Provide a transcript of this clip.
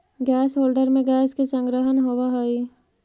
gas holder में gas के संग्रहण होवऽ हई